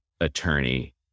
attorney